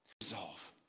Resolve